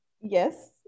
Yes